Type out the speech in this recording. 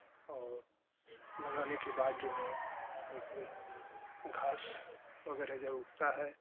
और लगाने के बाद जो है उसमें फिर घास वगैरह जब उगता है